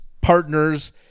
Partners